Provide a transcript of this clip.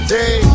day